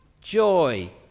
Joy